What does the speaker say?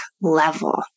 level